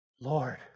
Lord